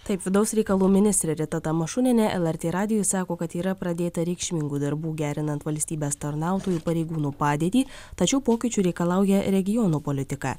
taip vidaus reikalų ministrė rita tamašunienė lrt radijui sako kad yra pradėta reikšmingų darbų gerinant valstybės tarnautojų pareigūnų padėtį tačiau pokyčių reikalauja regionų politika